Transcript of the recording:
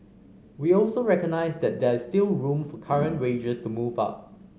we also recognised that there is still room for current wages to move up